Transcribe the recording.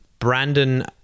Brandon